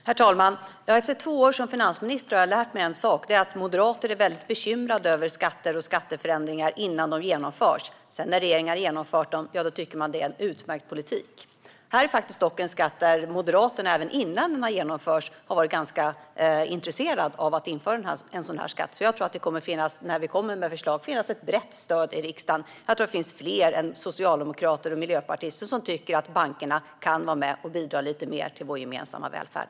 Herr talman! Efter två år som finansminister har jag lärt mig en sak, nämligen att moderater är mycket bekymrade över skatter och skatteförändringar innan de genomförs. När regeringen sedan har genomfört dem tycker de att det är en utmärkt politik. Detta är dock en skatt som Moderaterna, redan innan den har genomförts, har varit ganska intresserade av att införa. När vi kommer med ett förslag tror jag därför att det kommer att finnas ett brett stöd i riksdagen för det. Jag tror att det finns fler än socialdemokrater och miljöpartister som tycker att bankerna kan vara med och bidra lite mer till vår gemensamma välfärd.